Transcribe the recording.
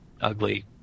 ugly